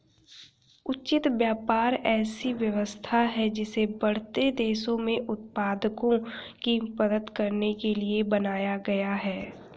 उचित व्यापार ऐसी व्यवस्था है जिसे बढ़ते देशों में उत्पादकों की मदद करने के लिए बनाया गया है